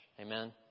Amen